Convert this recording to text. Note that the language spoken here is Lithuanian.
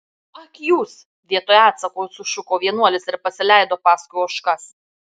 ak jūs vietoj atsako sušuko vienuolis ir pasileido paskui ožkas